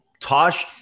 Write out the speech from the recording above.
Tosh